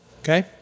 Okay